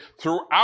throughout